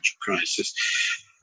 crisis